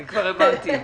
כבר הבנתי.